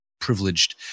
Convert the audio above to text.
privileged